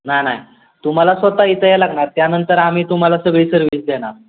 नाही नाही तुम्हाला स्वत इथे याय लागणार त्यानंतर आम्ही तुम्हाला सगळी सर्विस देणार